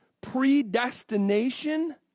predestination